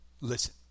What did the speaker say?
Listen